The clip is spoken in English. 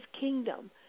kingdom